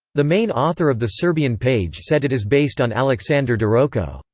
the main author of the serbian page said it is based on aleksandar deroko,